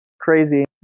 crazy